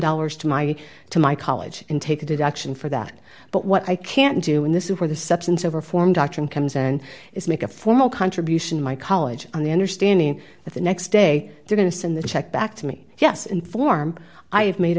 dollars to my to my college and take a deduction for that but what i can do and this is where the substance over form doctrine comes in is make a formal contribution my college on the understanding that the next day they're going to send the check back to me yes in form i have made